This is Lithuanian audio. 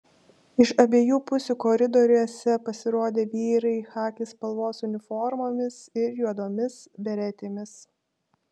iš abiejų pusių koridoriuose pasirodė vyrai chaki spalvos uniformomis ir juodomis beretėmis